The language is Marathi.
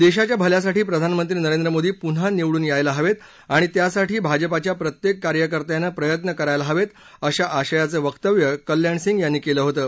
देशाच्या भल्यासाठी प्रधानमंत्री नरेंद्र मोदी पुन्हा निवडून यायला हवेत आणि त्यासाठी भाजपाच्या प्रत्येक कार्यकर्त्यांना प्रयत्न करायला हवेत अशा आशयाचं वक्तव्य कल्याणसिंग यांनी केलं होतं